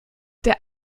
der